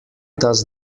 does